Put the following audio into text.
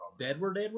Edward